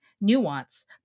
nuance